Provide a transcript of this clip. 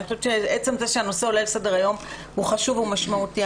אני חושבת שעצם זה שהנושא עולה לסדר-היום הוא חשוב ומשמעותי.